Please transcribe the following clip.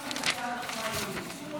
ההצעה להעביר את הצעת